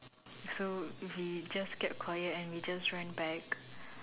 so we just kept quiet and we just ran back